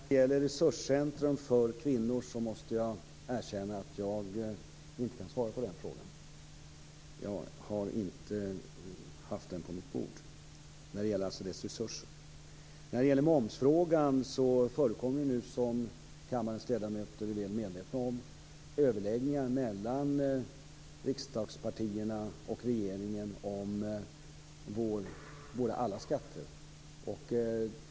Herr talman! När det gäller resurser till Resurscentrum för kvinnor måste jag erkänna att jag inte kan svara på den frågan. Jag har inte haft den på mitt bord. När det gäller momsfrågan förekommer det, som kammarens ledamöter är väl medvetna om, överläggningar mellan riksdagspartierna och regeringen om alla skatter.